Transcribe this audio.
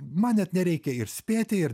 man net nereikia ir spėti ir